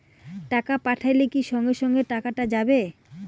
টাকা পাঠাইলে কি সঙ্গে সঙ্গে টাকাটা যাবে?